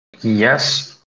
yes